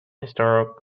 historic